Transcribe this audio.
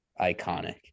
iconic